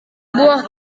buah